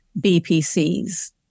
BPCs